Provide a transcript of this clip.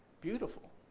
beautiful